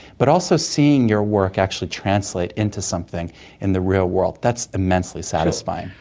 but also seeing your work actually translate into something in the real world, that's immensely satisfying.